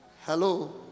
Hello